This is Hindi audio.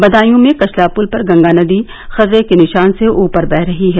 बदायू में कछला पूल पर गंगा नदी खतरे के निशान से ऊपर बह रही हैं